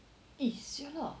eh sia lah